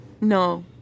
No